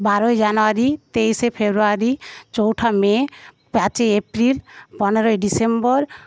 বারোই জানুয়ারি তেইশে ফেব্রুয়ারী চৌঠা মে পাঁচই এপ্রিল পনেরোই ডিসেম্বর